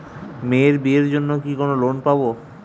মেয়ের বিয়ের জন্য কি কোন লোন পাব?